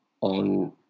on